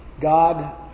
God